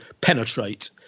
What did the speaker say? penetrate